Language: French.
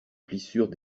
plissures